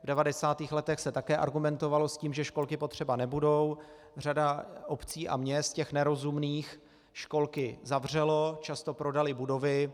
V 90. letech se také argumentovalo tím, že školky potřeba nebudou, řada obcí a měst, těch nerozumných, školky zavřela, často prodala budovy.